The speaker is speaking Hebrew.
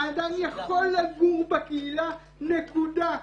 האדם יכול לגור בקהילה נקודה.